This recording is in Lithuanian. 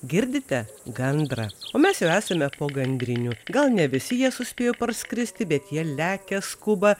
girdite gandrą o mes jau esame po gandrinių gal ne visi jie suspėjo parskristi bet jie lekia skuba